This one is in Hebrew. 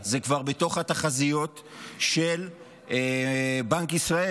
זה כבר בתוך התחזיות של בנק ישראל.